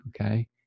okay